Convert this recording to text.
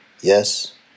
Yes